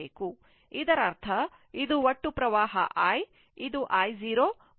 ಇದರರ್ಥ ಇದು ಒಟ್ಟು ವಿದ್ಯುತ್ ಪ್ರವಾಹ i ಇದು i0 ಮತ್ತು ಈ 6 ಮತ್ತು 60 ಸಮಾನಾಂತರವಾಗಿರುತ್ತದೆ